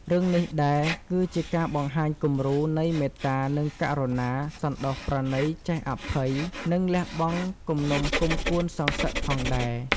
រឿងនេះដែរ គឺជាការបង្ហាញគំរូនៃ មេត្តា និងករុណា សណ្តោសប្រណីចេះអភ័យ និងលះបង់គំនុំគំគួនសងសឹកផងដែរ ។